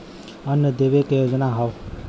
अन्न देवे क योजना हव